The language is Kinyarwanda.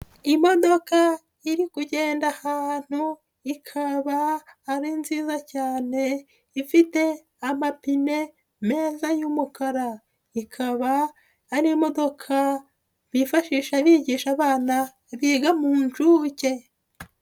Imodoka iri kugenda ahantu ikaba ari nziza cyane ifite amapine meza y'umukara, ikaba ari imodoka bifashisha bigisha abana biga mu nshuke.